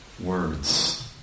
words